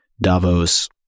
Davos